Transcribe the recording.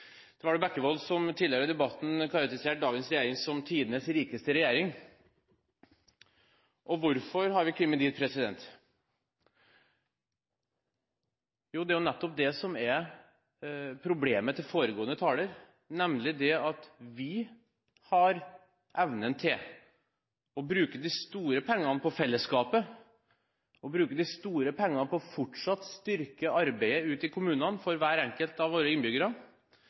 Det var vel Geir Jørgen Bekkevold som tidligere i debatten karakteriserte dagens regjering som «tidenes rikeste regjering». Hvorfor har vi kommet dit? Jo, det er nettopp det som er problemet til foregående taler, nemlig at vi har evnen til å bruke de store pengene på fellesskapet og på fortsatt å styrke arbeidet ute i kommunene for hver enkelt av våre innbyggere,